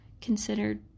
considered